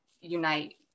unite